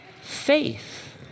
faith